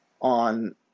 on